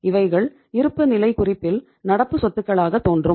இவைகள் இருப்புநிலை குறிப்பில் நடப்பு சொத்துக்களாக தோன்றும்